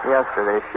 Yesterday